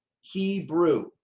Hebrew